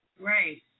right